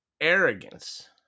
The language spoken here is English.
arrogance